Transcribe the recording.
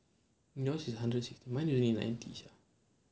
yours is hundred sixty mine only ninety sia